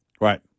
Right